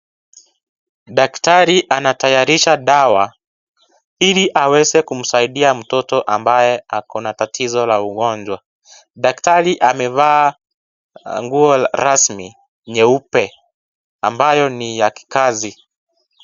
Daktari anatayarisha dawa ili aweze kumsaidia mtoto ambaye anatatizo la ugonjwa . daktari amevaa nguo rasmi nyeupe ambayo ni ya kikazi.